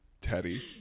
Teddy